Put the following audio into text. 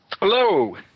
Hello